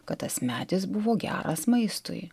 kad tas medis buvo geras maistui